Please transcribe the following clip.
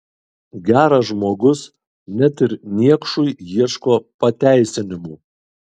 geras žmogus net ir niekšui ieško pateisinimų